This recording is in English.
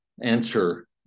answer